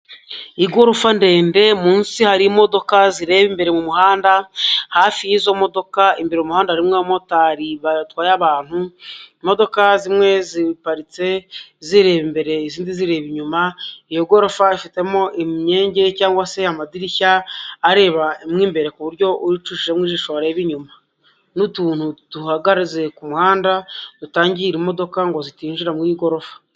Igorofa ndende munsi hari imodoka zireba imbere mu muhanda, hafi y'izo modoka, imbere mu muhanda harimo abamotari batwaye abantu, imodoka zimwe ziparitse zireba imbere, izindi zireba inyuma, iyo gorofa ifitemo imyenge cyangwa se amadirishya areba mo imbere ku buryo ucishijemo ijisho wareba inyuma. N'utuntu duhagaze ku muhanda dutangira imodoka, ngo zitinjira mu igorofa.